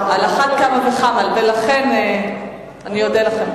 על אחת כמה וכמה, ולכן אני אודה לכם.